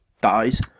dies